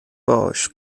باش